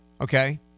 Okay